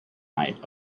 night